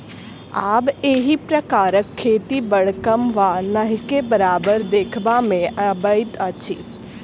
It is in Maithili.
आब एहि प्रकारक खेती बड़ कम वा नहिके बराबर देखबा मे अबैत अछि